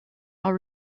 are